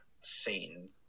scene